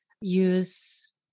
use